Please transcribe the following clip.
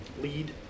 lead